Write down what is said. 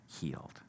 healed